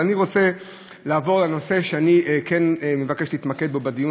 אני רוצה לעבור לנושא שאני כן מבקש להתמקד בו בדיון,